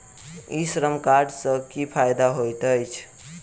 ई श्रम कार्ड सँ की फायदा होइत अछि?